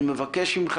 אני מבקש ממך,